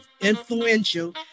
influential